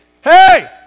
Hey